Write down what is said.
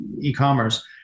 e-commerce